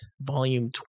Volume